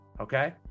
Okay